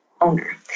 owner